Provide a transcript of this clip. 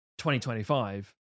2025